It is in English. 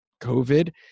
COVID